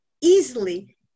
easily